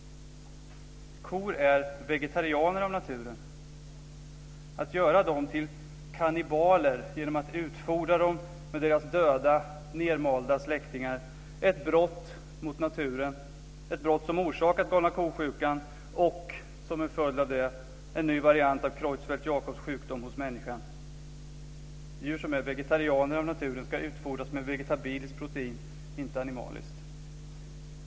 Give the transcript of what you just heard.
Kor är vegetarianer av naturen. Att göra dem till kannibaler genom att utfodra dem med deras döda nedmalda släktingar är ett brott mot naturen, ett brott som orsakat galna ko-sjukan och som en följd av det en ny variant av Creutzfeldt-Jakobs sjukdom hos människan. Djur som är vegetarianer av naturen ska utfodras med vegetabiliskt protein, inte animaliskt.